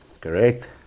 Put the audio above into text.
Correct